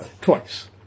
Twice